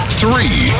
three